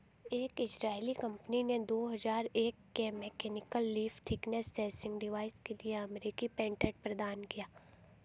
एक Israeli company ने दो हजार एक में mechanical leaf thickness sensing device के लिए अमेरिकी पेटेंट प्रदान किया